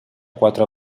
quatre